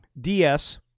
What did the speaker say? DS